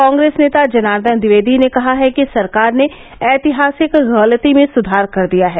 कांग्रेस नेता जनार्दन द्विवेदी ने कहा है कि सरकार ने ऐतिहासिक गलती में सुधार कर दिया है